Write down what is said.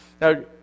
Now